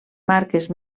marques